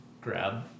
grab